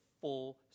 full